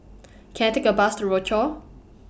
Can I Take A Bus to Rochor